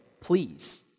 please